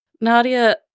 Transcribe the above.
Nadia